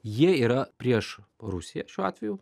jie yra prieš rusiją šiuo atveju